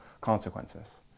consequences